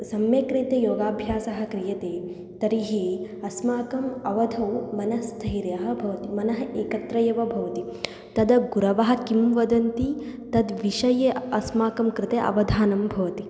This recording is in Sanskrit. सम्यक् रीत्या योगाभ्यासः क्रियते तर्हि अस्माकम् अवधौ मनस्थैर्यं भवति मनः एकत्र एव भवति तद् गुरवः किं वदन्ति तद्विषये अस्माकं कृते अवधानं भवति